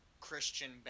christian